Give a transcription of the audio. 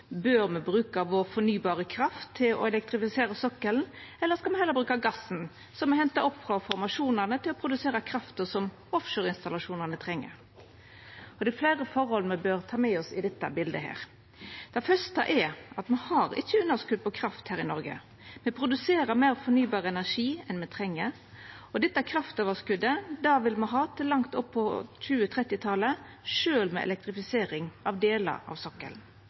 Bør me bruka vår fornybare kraft til å elektrifisera sokkelen, eller skal me heller bruka gassen som me hentar opp frå formasjonene, til å produsera krafta som offshoreinstallasjonane treng? Det er fleire forhold me bør ha med oss i dette biletet. Det første er at me ikkje har underskot på kraft her i Noreg. Me produserer meir fornybar energi enn me treng. Dette kraftoverskotet vil me ha til langt opp på 2030-talet, sjølv med elektrifisering av delar av sokkelen.